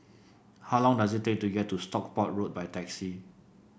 how long does it take to get to Stockport Road by taxi